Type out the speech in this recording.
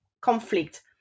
conflict